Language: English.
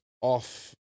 off